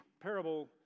parable